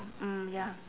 mm ya